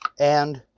and